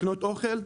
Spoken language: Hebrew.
לקנות אוכל.